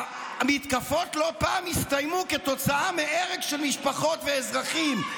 המתקפות לא פעם הסתיימו כתוצאה מהרג של משפחות ואזרחים.